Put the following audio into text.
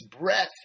breath